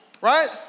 right